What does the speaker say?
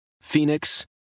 Phoenix